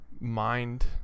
mind